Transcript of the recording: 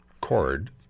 cord